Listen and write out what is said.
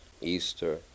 Easter